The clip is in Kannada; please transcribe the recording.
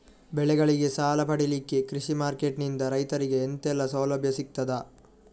ಬೆಳೆಗಳಿಗೆ ಸಾಲ ಪಡಿಲಿಕ್ಕೆ ಕೃಷಿ ಮಾರ್ಕೆಟ್ ನಿಂದ ರೈತರಿಗೆ ಎಂತೆಲ್ಲ ಸೌಲಭ್ಯ ಸಿಗ್ತದ?